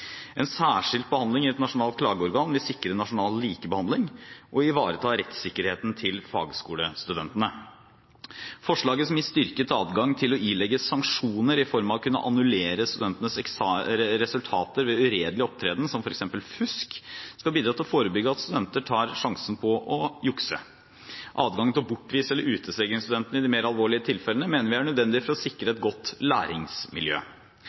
En særskilt behandling i et nasjonalt klageorgan vil sikre nasjonal likebehandling og ivareta rettssikkerheten til fagskolestudentene. Forslaget som gir styrket adgang til å ilegge sanksjoner i form av å kunne annullere studentenes resultater ved uredelig opptreden som f.eks. fusk, skal bidra til å forebygge at studenter tar sjansen på å jukse. Adgangen til å bortvise eller utestenge studenten i de mer alvorlige tilfellene mener vi er nødvendig for å sikre et godt læringsmiljø.